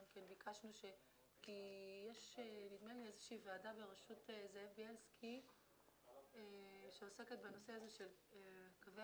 כי יש נדמה לי איזושהי ועדה ברשות זאב ביילסקי שעוסקת בנושא הזה של קווי